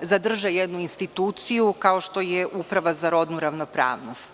zadrže jednu instituciju kao što je Uprava za rodnu ravnopravnost,